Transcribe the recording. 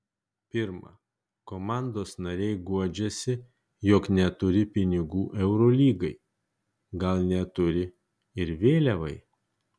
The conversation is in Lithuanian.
pirma komandos nariai guodžiasi jog neturi pinigų eurolygai gal neturi ir vėliavai